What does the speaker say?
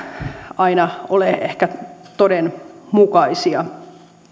aina ole ehkä todenmukaisia